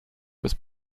was